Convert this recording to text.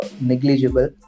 negligible